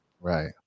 Right